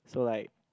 so like